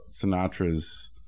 sinatra's